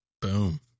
Boom